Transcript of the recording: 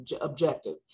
objective